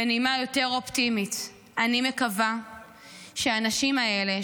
בנימה יותר אופטימית: אני מקווה שהאנשים האלה,